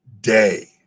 day